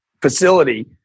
facility